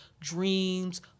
dreams